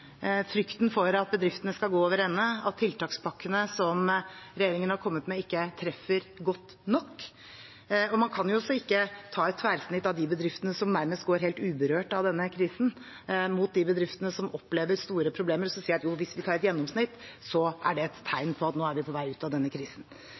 frykten for at bedriftene skal gå over ende, og for at tiltakspakkene som regjeringen har kommet med, ikke treffer godt nok. Man kan jo ikke ta et tverrsnitt av de bedriftene som nærmest er helt uberørt av denne krisen, se dem opp mot de bedriftene som opplever store problemer, og så si at hvis vi tar et gjennomsnitt, er det et